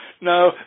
No